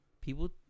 People